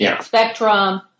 spectrum